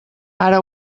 ara